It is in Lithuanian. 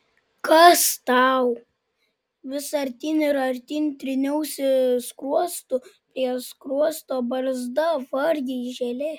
kas tau vis artyn ir artyn tryniausi skruostu prie skruosto barzda vargiai žėlė